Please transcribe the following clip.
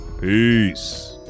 Peace